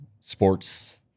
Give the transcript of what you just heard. sports